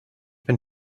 bin